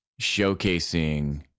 showcasing